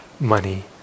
money